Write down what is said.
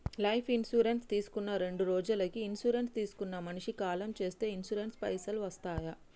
Life insurance తీసుకున్న రెండ్రోజులకి insurance తీసుకున్న మనిషి కాలం చేస్తే ఇన్సూరెన్స్ పైసల్ వస్తయా?